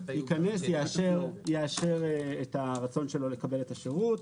יאשר את הרצון שלו לקבל את השירות.